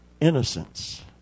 innocence